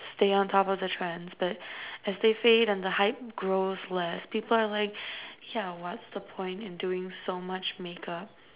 stay on top of the trends but as they fade and the hype grows less people are like yeah what's the point in doing so much makeup